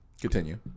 continue